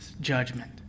judgment